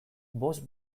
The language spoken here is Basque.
bost